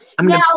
Now